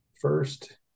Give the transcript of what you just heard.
First